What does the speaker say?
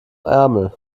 ärmel